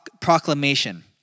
proclamation